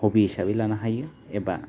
हबि हिसाबै लानो हायो एबा